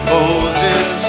Moses